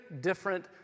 different